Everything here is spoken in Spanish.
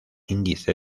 índice